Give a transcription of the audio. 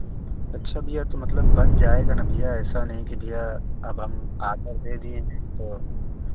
अच्छा भैया तो मतलब बन जाएगा ना भैया ऐसा नहीं कि भैया अब हम आर्डर दे दिए हैं तो